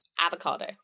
avocado